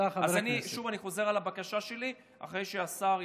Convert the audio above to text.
אז שוב אני חוזר על הבקשה שלי, אחרי שהשר ישיב,